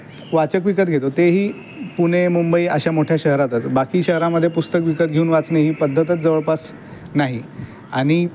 वाचक विकत घेतो तेही पुणे मुंबई अशा मोठ्या शहरातच बाकी शहरामध्ये पुस्तक विकत घेऊन वाचणे ही पद्धतच जवळपास नाही आणि